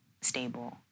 stable